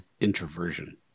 introversion